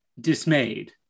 dismayed